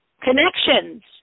connections